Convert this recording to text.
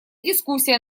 дискуссия